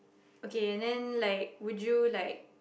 okay and then like would you like